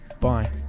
Bye